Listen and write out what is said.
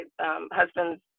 husband's